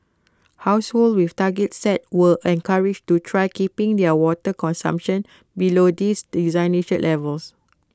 households with targets set were encouraged to try keeping their water consumption below these designated levels